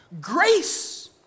Grace